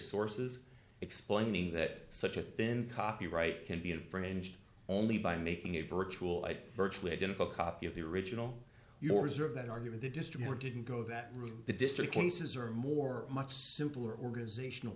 sources explaining that such a thin copyright can be infringed only by making a virtual and virtually identical copy of the original yours are of that argument the distributor didn't go that route the district can says are more much simpler organizational